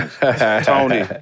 Tony